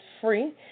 free